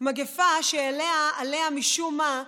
מגפה שלה, משום מה,